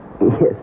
Yes